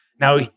Now